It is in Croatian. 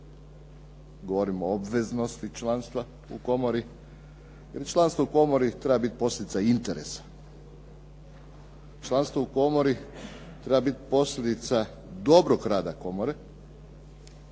Govorimo o obveznosti članstva u komori, jer članstvo u komori treba biti posljedica interesa. Članstvo u komori treba biti posljedica dobrog rada komore